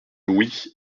louis